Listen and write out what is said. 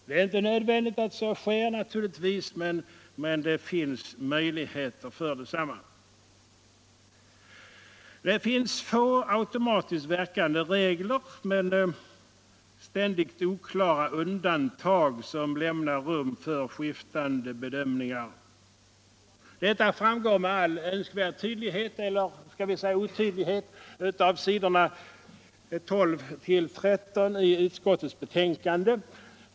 Det är inte nödvändigt att så blir fallet men det finns möjligheter för ett sådant. I förslaget finns få automatiskt verkande regler men ständigt oklara undantag som lämnar rum för skiftande bedömningar. Detta framgår med all önskvärd tydlighet eller skall vi säga otydlighet av s. 12-13 i utskottets betänkande.